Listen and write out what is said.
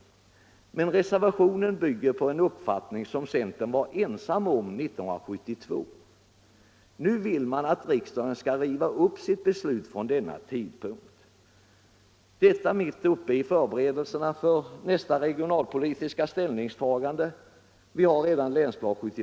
Men reservationen bygger på en uppfattning som centern var ensam om 1972. Nu vill man att riksdagen skall riva upp sitt beslut från denna tidpunkt, mitt uppe i förberedelserna för nästa regionalpolitiska ställningstagande.